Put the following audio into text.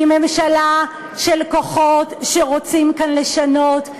היא ממשלה של כוחות שרוצים כאן לשנות.